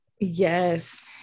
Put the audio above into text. Yes